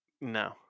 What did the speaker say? no